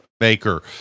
maker